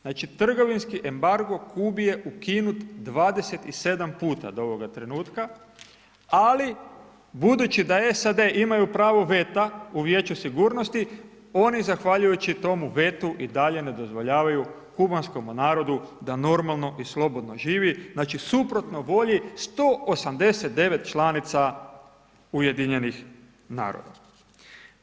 Znači trgovinski embargo Kubi je ukinut 27 puta do ovoga trenutka ali budući da SAD imaju pravo veta u Vijeću sigurnosti oni zahvaljujući tomu vetu i dalje ne dozvoljavaju Kubanskome narodu da normalno i slobodno živi, znači suprotno volji 189 članica UN-a.